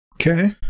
Okay